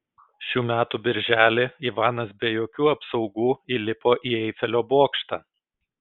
šių metų birželį ivanas be jokių apsaugų įlipo į eifelio bokštą